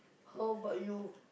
how about you